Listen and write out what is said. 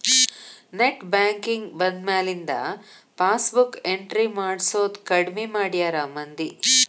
net banking ಬಂದ್ಮ್ಯಾಲಿಂದ passbook entry ಮಾಡ್ಸೋದ್ ಕಡ್ಮಿ ಮಾಡ್ಯಾರ ಮಂದಿ